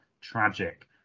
tragic